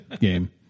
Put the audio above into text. game